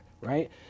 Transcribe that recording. right